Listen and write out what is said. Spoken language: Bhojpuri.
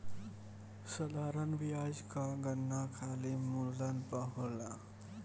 साधारण बियाज कअ गणना खाली मूलधन पअ होला